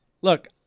look